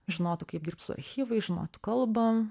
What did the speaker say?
žinotų kaip dirbt su archyvais žinotų kalbą